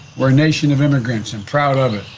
we're a nation of immigrants and proud of it.